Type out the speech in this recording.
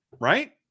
right